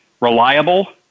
reliable